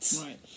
Right